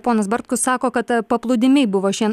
ponas bartkus sako kad paplūdimiai buvo šie